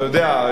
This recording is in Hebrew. אתה יודע,